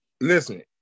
Listen